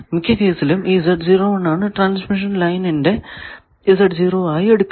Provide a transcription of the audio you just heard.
മിക്ക കേസിലും ഈ ആണ് ട്രാൻസ്മിഷൻ ലൈനിൻറ്റെ ആയി എടുക്കുന്നത്